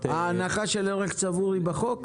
ההנחה של ערך צבור היא בחוק?